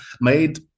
made